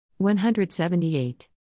178